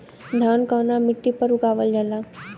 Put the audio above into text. धान कवना मिट्टी पर उगावल जाला?